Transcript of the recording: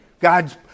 God's